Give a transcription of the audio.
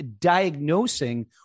diagnosing